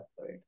right